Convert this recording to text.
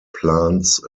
plants